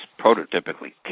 prototypically